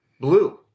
Blue